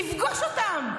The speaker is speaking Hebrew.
תפגוש אותן.